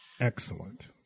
excellent